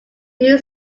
new